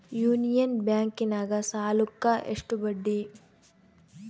Union ಬ್ಯಾಂಕಿನಾಗ ಸಾಲುಕ್ಕ ಎಷ್ಟು ಬಡ್ಡಿ?